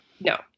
No